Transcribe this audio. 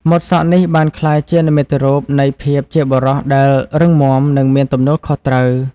ម៉ូតសក់នេះបានក្លាយជានិមិត្តរូបនៃភាពជាបុរសដែលរឹងមាំ និងមានទំនួលខុសត្រូវ។